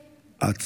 רוטמן.